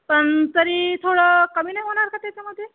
पण तरी थोडं कमी नाही होणार का त्याच्यामध्ये